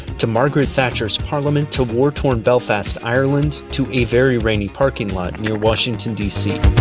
to margaret thatcher's parliament, to war-torn belfast, ireland, to a very rainy parking lot near washington, dc.